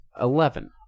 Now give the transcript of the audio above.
Eleven